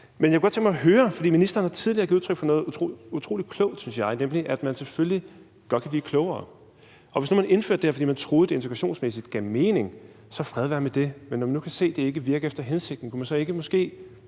Men jeg kunne godt tænke mig at høre om noget, for ministeren har tidligere givet udtryk for noget utrolig klogt, synes jeg, nemlig at man selvfølgelig godt kan blive klogere. Hvis nu man indførte det her, fordi man troede, det integrationsmæssigt gav mening, så fred være med det, men når vi nu kan se, at det ikke virker efter hensigten, kunne man så ikke måske